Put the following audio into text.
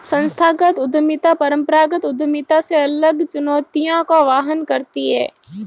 संस्थागत उद्यमिता परंपरागत उद्यमिता से अलग चुनौतियों का वहन करती है